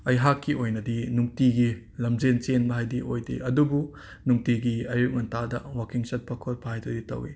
ꯑꯩꯍꯥꯛꯀꯤ ꯑꯣꯏꯅꯗꯤ ꯅꯨꯡꯇꯤꯒꯤ ꯂꯝꯖꯦꯟ ꯆꯦꯟꯕ ꯍꯥꯏꯗꯤ ꯑꯣꯏꯗꯦ ꯑꯗꯨꯕꯨ ꯅꯨꯡꯇꯤꯒꯤ ꯑꯌꯨꯛ ꯉꯟꯇꯥꯗ ꯋꯥꯀꯤꯡ ꯆꯠꯄ ꯈꯣꯠꯄ ꯍꯥꯏꯗꯨꯗꯤ ꯇꯧꯋꯤ